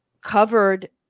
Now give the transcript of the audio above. covered